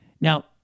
Now